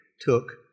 took